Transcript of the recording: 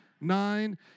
Nine